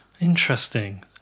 Interesting